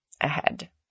ahead